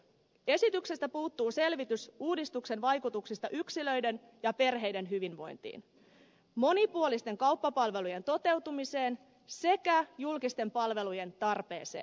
esityksestä puuttuu selvitys uudistuksen vaikutuksista yksilöiden ja perheiden hyvinvointiin monipuolisten kauppapalvelujen toteutumiseen sekä julkisten palvelujen tarpeeseen